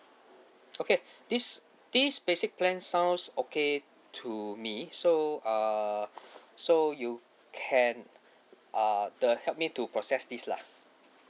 okay this this basic plan sounds okay to me so err so you can err the help me to process this lah